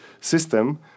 system